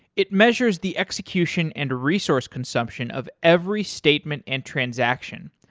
it measures the execution and resource consumption of every statement and transaction,